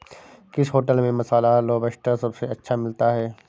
किस होटल में मसाला लोबस्टर सबसे अच्छा मिलता है?